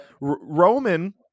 Roman